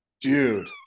dude